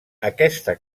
aquesta